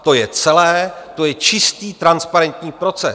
To je celé, to je čistý, transparentní proces.